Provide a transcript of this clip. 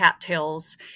cattails